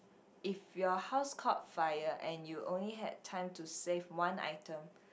if your house caught fire and you only had time to save one item